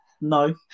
No